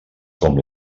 com